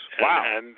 Wow